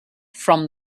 from